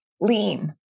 lean